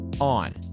on